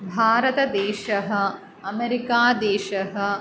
भारतदेशः अमेरिकादेशः